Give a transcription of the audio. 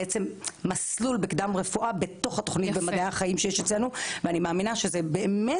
בתוך התוכנית במדעי החיים שציינו ואני מאמינה שזה באמת